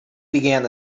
began